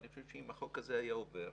אני חושב שאם החוק הזה היה עובר,